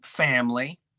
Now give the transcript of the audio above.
Family